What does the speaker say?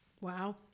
Wow